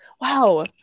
Wow